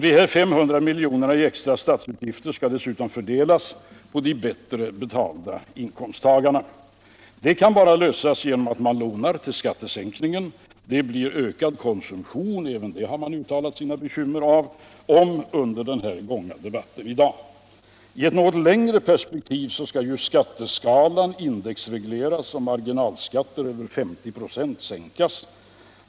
Dessa 500 miljoner i extra statsutgifter skall dessutom fördelas på de bättre betalda inkomsttagarna. Det kan bara lösas genom att man lånar till skattesänkningen. Det blir ökad konsumtion - även det har mZm uttalat sina bekymmer om under debatten 1i dag. ] ett något längre perspektiv skulle skatteskalan indexregleras och marginalskatter över 50 96 sänkas.